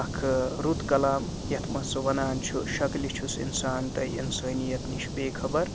اَکھ رُت کلام یَتھ منٛز سُہ وَنان چھُ شکلہِ چھُس اِنسان تَے اِنسانِیَت نِش بے خبر